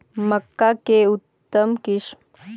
मक्का के उतम किस्म?